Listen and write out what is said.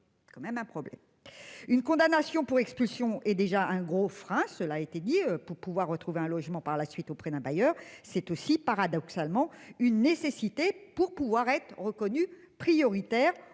prison. Quand même un problème. Une condamnation pour expulsion est déjà un gros frein. Cela a été dit pour pouvoir retrouver un logement par la suite auprès d'un bailleur c'est aussi paradoxalement une nécessité pour pouvoir être reconnus prioritaires